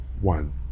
one